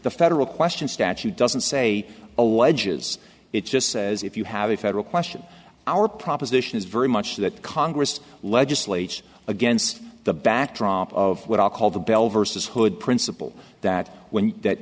the federal question statute doesn't say alleges it just says if you have a federal question our proposition is very much that congress legislate against the backdrop of what i call the bell versus hood principle that when that